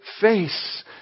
face